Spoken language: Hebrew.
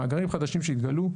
מאגרים חדשים שיתגלו,